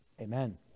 Amen